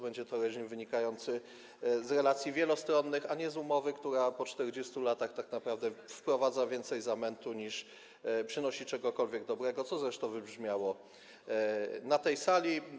Będzie to reżim wynikający z relacji wielostronnych, a nie z umowy, która po 40 latach tak naprawdę wprowadza dużo zamętu, nie przynosi czegokolwiek dobrego, co zresztą wybrzmiało na tej sali.